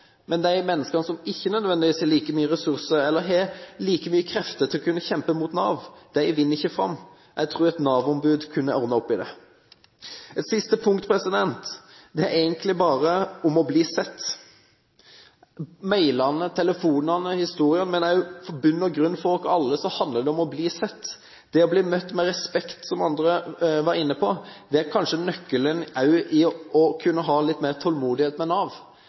de menneskene som ikke har like mye krefter til å kjempe mot Nav, ikke vinner fram. Jeg tror et Nav-ombud kunne ordnet opp i det. Et siste punkt går på det å bli sett. Mailene, telefonene, historiene – for oss alle handler det i bunn og grunn om å bli sett. Det å bli møtt med respekt, som andre var inne på, er kanskje nøkkelen også for å ha litt mer tålmodighet med Nav.